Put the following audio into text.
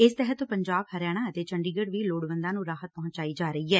ਇਸ ਤਹਿਤ ਪੰਜਾਬ ਹਰਿਆਣਾ ਅਤੇ ਚੰਡੀਗੜ ਚ ਵੀ ਲੋੜਵੰਦਾਂ ਨੂੰ ਰਾਹਤ ਪੁਚਾਈ ਜਾ ਰਹੀ ਐ